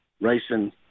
racing